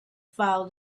found